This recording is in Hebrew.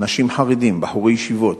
אנשים חרדים, בחורי ישיבות,